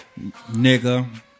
nigga